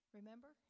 Remember